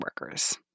workers